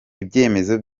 ibyemezo